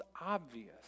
obvious